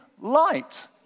light